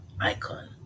icon